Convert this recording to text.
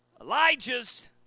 Elijah's